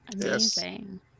Amazing